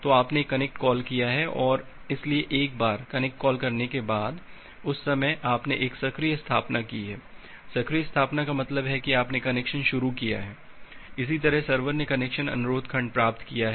तो आपने एक कनेक्ट कॉल किया है इसलिए एक बार कनेक्ट कॉल करने के बाद उस समय आपने एक सक्रिय स्थापना की है सक्रिय स्थापना का मतलब है कि आपने कनेक्शन शुरू किया है इसी तरह सर्वर ने कनेक्शन अनुरोध खंड प्राप्त किया है